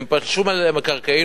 הם פלשו למקרקעין,